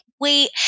wait